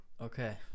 Okay